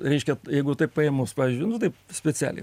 reiškia jeigu taip paėmus pavyzdžiui nu taip specialiai